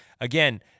again